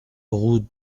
route